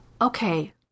okay